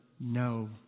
no